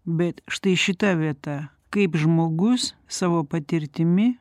bet štai šita vieta kaip žmogus savo patirtimi